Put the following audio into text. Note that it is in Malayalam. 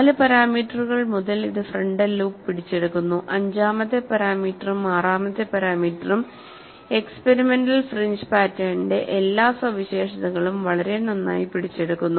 4 പാരാമീറ്ററുകൾ മുതൽ ഇത് ഫ്രന്റൽ ലൂപ്പ് പിടിച്ചെടുക്കുന്നു അഞ്ചാമത്തെ പാരാമീറ്ററും ആറാമത്തെ പാരാമീറ്ററും എക്സ്പെരിമെന്റൽ ഫ്രിഞ്ച് പാറ്റേണിന്റെ എല്ലാ സവിശേഷതകളും വളരെ നന്നായി പിടിച്ചെടുക്കുന്നു